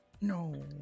no